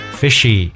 fishy